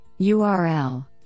URL